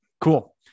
cool